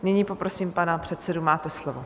Nyní poprosím pana předsedu, máte slovo.